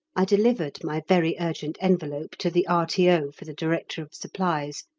i delivered my very urgent envelope to the r t o. for the director of supplies,